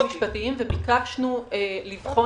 הצפנו את הקשיים המשפטיים וביקשנו לבחון